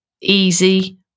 easy